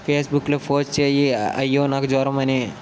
ఫేస్బుక్లో పోస్ట్ చేయి అయ్యో నాకు జ్వరం అని